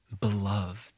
Beloved